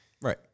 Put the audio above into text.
Right